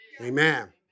Amen